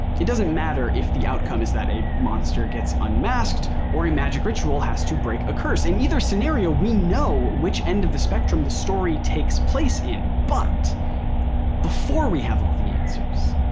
it doesn't matter if the outcome is that a monster gets unmasked or a magic ritual has to break a curse in either scenario we know which end of the spectrum the story takes place in but before we have all the answers,